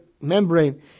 membrane